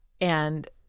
And-